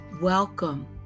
Welcome